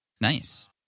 Nice